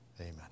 Amen